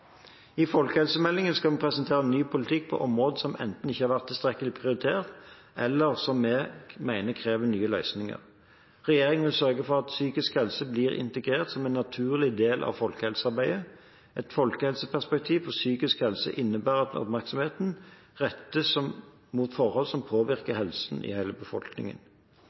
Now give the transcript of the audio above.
I folkehelsemeldingen skal vi presentere ny politikk på områder som enten ikke har vært tilstrekkelig prioritert, eller som vi mener krever nye løsninger. Regjeringen vil sørge for at psykisk helse blir integrert som en naturlig del av folkehelsearbeidet. Et folkehelseperspektiv på psykisk helse innebærer at oppmerksomheten rettes mot forhold som påvirker helsen i hele befolkningen.